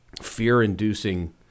fear-inducing